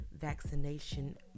vaccination